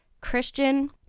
Christian